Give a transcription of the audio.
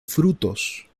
frutos